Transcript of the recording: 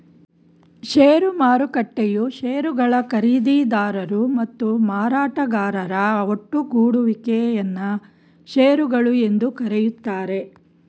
ಷೇರು ಮಾರುಕಟ್ಟೆಯು ಶೇರುಗಳ ಖರೀದಿದಾರರು ಮತ್ತು ಮಾರಾಟಗಾರರ ಒಟ್ಟುಗೂಡುವಿಕೆ ಯನ್ನ ಶೇರುಗಳು ಎಂದು ಕರೆಯುತ್ತಾರೆ